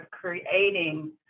creating